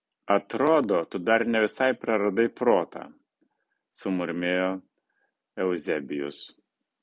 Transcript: atrodo tu dar ne visai praradai protą sumurmėjo euzebijus